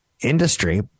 industry